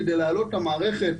כדי להעלות את המערכת,